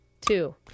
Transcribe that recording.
two